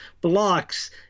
blocks